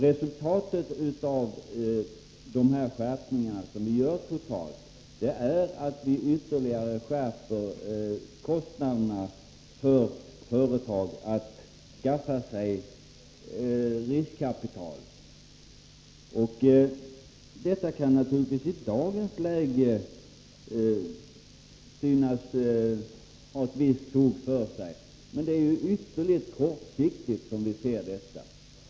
Resultatet av de skärpningar som vi totalt inför är att vi ytterligare skärper kostnaderna för företagen när det gäller att skaffa sig riskkapital. Detta kan naturligtvis i dagens läge synas ha ett visst fog för sig, men det är ett ytterligt kortsiktigt synsätt.